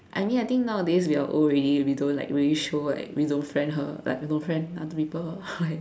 I mean I think nowadays we are old already we don't like really show like we don't friend her like we don't friend other people or like